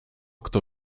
kto